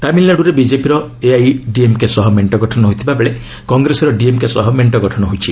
ତାମିଲନାଡୁରେ ବିଜେପିର ଏଆଇଏଡିଏମ୍କେ ସହ ମେଣ୍ଟ ଗଠନ ହୋଇଥିବା ବେଳେ କଂଗ୍ରେସର ଡିଏମ୍କେ ସହ ମେଣ୍ଟ ଗଠନ ହୋଇଛି